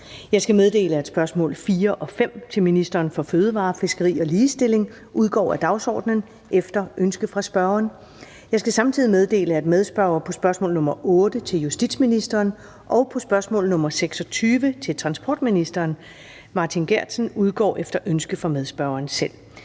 1341 af Michael Aastrup Jensen (V)) til ministeren for fødevarer, fiskeri og ligestilling udgår af dagsordenen efter ønske fra spørgeren. Jeg skal samtidig meddele, at medspørger på spørgsmål nr. 8 (S 1359) til justitsministeren og på spørgsmål nr. 26 (S 1360) til transportministeren, Martin Geertsen (V), udgår efter ønske fra medspørgeren selv.